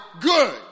good